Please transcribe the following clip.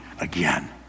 again